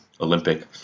Olympic